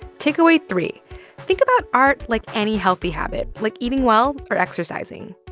takeaway three think about art like any healthy habit like eating well or exercising.